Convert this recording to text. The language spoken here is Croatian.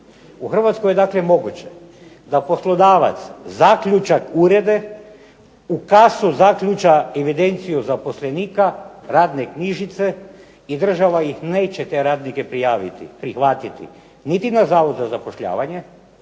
U Hrvatskoj je dakle moguće da poslodavac zaključa urede, u kasu zaključa evidenciju zaposlenika radne knjižice i država ih neće te radnike prihvatiti niti na Zavod za zapošljavanje,